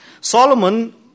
Solomon